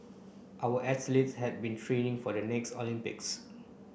our athletes have been training for the next Olympics